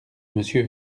monsieur